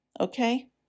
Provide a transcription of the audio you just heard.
okay